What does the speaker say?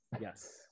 yes